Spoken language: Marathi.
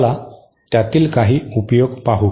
चला त्यातील काही उपयोग पाहू